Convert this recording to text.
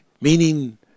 meaning